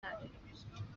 نداریم